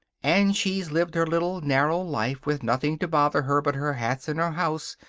and she's lived her little narrow life, with nothing to bother her but her hats and her house.